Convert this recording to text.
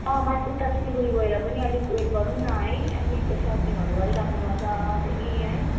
अँ माथि उता सिलगढी गएर पनि अलिक उयस गरौँ न है अलिक सपिङहरू गरिराख्नु पर्छ फेरि है